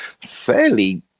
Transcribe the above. fairly